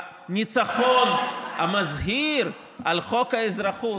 הניצחון המזהיר על חוק האזרחות,